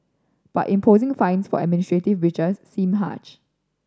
but imposing fines for administrative breaches seem harsh